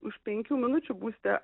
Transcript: už penkių minučių būsite